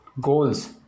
goals